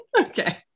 Okay